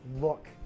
Look